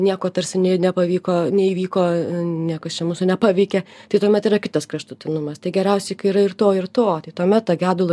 nieko tarsi nei nepavyko neįvyko niekas čia mūsų nepaveikė tai tuomet yra kitas kraštutinumas tai geriausiai kai yra ir to ir to tai tuomet tą gedulą